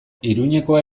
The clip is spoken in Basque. iruñekoa